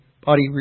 body